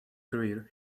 career